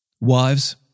Wives